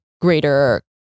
greater